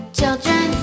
children